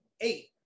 eight